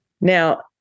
Now